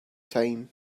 time